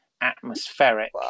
atmospheric